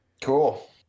cool